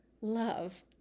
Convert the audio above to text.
love